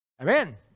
Amen